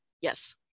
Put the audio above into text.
Yes